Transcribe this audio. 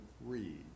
read